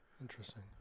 Interesting